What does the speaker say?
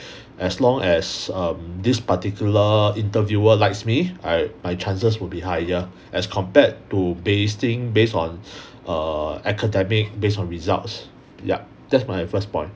as long as um this particular interviewer likes me I my chances will be higher as compared to basting based on err academic based on results yup that's my first point